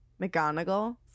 McGonagall